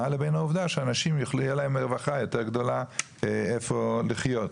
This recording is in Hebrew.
לבין העובדה שאנשים תהיה להם רווחה יותר גדולה איפה לחיות.